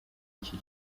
icyo